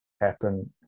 happen